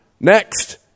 Next